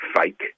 fake